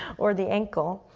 or the ankle,